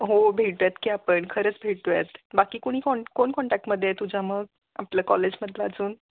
हो भेटूयात की आपण खरंच भेटूयात बाकी कुणी कॉन कोण कॉन्टॅक्टमध्ये आहे तुझ्या मग आपलं कॉलेजमधलं अजून